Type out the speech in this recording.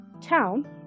town